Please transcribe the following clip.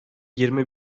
yirmi